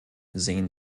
sehen